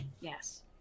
Yes